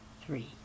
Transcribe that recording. three